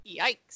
yikes